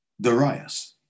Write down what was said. Darius